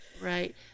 Right